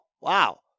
wow